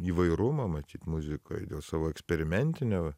įvairumo matyt muzikoj dėl savo eksperimentinio